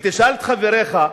ותשאל את חבריך,